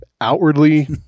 outwardly